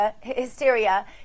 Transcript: hysteria